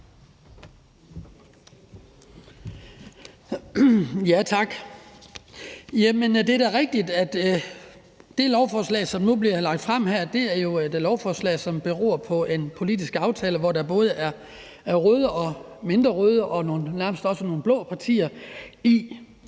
Tak. Det er da rigtigt, at det lovforslag, som nu her bliver lagt frem, er et lovforslag, som beror på en politisk aftale, hvor der både er røde, mindre røde og nærmest også nogle blå partier,